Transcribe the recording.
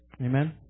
Amen